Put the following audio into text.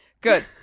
Good